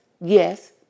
yes